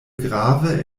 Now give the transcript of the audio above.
grave